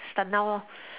start now lor